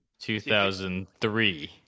2003